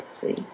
See